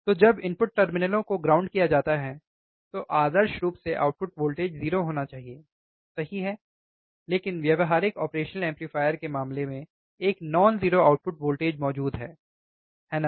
तो जब इनपुट टर्मिनलों को ग्राउंड किया जाता है तो आदर्श रूप से आउटपुट वोल्टेज 0 होना चाहिए सही है लेकिन व्यावहारिक ऑपरेशनल एम्पलीफायर के मामले में एक non 0 आउटपुट वोल्टेज मौजूद है है ना